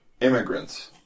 immigrants